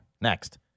next